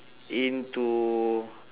into